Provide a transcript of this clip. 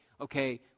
okay